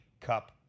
Cup